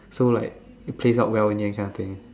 so like change out well in the end kind of thing